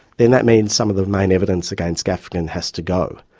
then that means some of the main evidence against gafgen has to go.